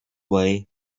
way